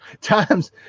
times